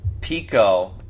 Pico